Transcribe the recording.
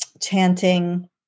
chanting